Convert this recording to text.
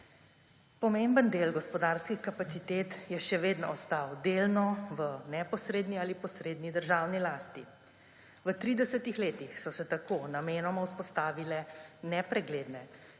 Pomemben del gospodarskih kapacitet je še vedno ostal delno v neposredni ali posredni državni lasti. V tridesetih letih so se tako namenoma vzpostavile nepregledne,